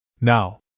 Now